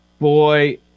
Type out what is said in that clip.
Boy